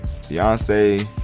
Beyonce